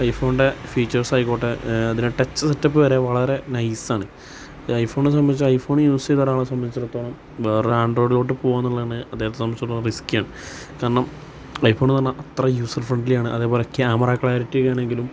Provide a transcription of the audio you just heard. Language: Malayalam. ഐ ഫോണിന്റെ ഫീച്ചേസ്സായ്ക്കോട്ടെ അതിനെ ടച്ച് സെറ്റപ്പ് വരെ വളരെ നൈസാണ് ഐ ഫോണിനെ സംബന്ധിച്ച് ഐ ഫോണ് യൂസ് ചെയ്ത ഒരാളെ സമ്പന്ധിച്ചിടത്തോളം വേറൊരാണ്ട്രോയ്ടിലോട്ട് പോകാന്നൊള്ളന്നെ അദ്ദേഹത്തെ സമ്പന്ധിച്ചെടത്തോളം റിസ്ക്കിയാണ് കാരണം ഐ ഫോണെന്നു പറഞ്ഞാല് അത്ര യൂസര് ഫ്രെണ്ട്ലിയാണ് അതേപോലെ ക്യാമറ ക്ലാരിറ്റി ആണെങ്കിലും